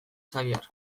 xabier